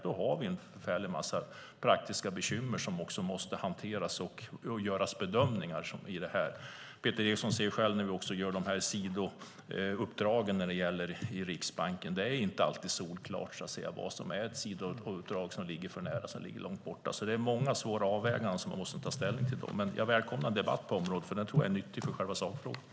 Då har vi en väldig massa praktiska bekymmer som måste hanteras, och det måste göras bedömningar. Peter Eriksson talar själv om sidouppdrag i Riksbanken. Det är inte alltid solklart vad som är ett sidouppdrag som ligger för nära eller ligger långt borta. Det är många svåra avvägningar som man måste göra i så fall. Men jag välkomnar en debatt på området, för den tror jag är nyttig för själva sakfrågan.